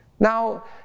Now